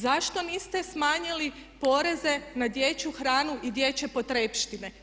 Zašto niste smanjili poreze na dječju hranu i dječje potrepštine?